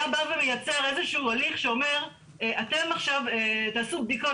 היה בא ומייצר איזה שהוא הליך שאומר אתם עכשיו תעשו בדיקות